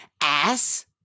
Ass